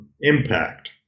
impact